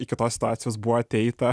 iki tos situacijos buvo ateita